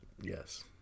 Yes